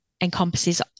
encompasses